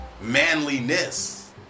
manliness